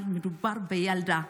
אבל מדובר בילדה.